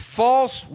false